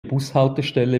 bushaltestelle